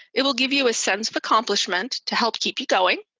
it will give you a sense of accomplishment to help keep you going.